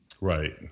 right